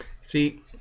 See